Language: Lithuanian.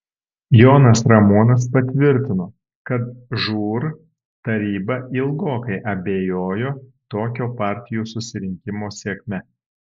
jonas ramonas patvirtino kad žūr taryba ilgokai abejojo tokio partijų susirinkimo sėkme